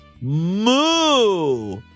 moo